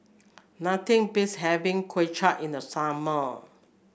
nothing beats having Kway Chap in the summer